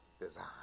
design